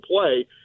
play